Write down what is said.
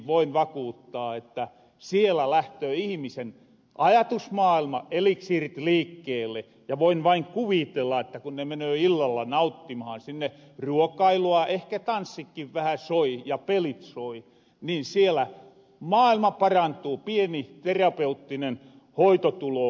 voin vakuuttaa että sielä lähtöö ihimisen ajatusmaailma eliksiirit liikkeelle ja voin vain kuvitella että ku ne menöö illalla nauttimahan sinne ruokailua ehkä tanssikkin vähän soi ja pelit soi niin sielä maailma parantuu pieni terapeuttinen hoito tuloo